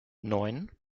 neun